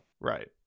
Right